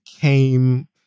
came